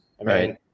right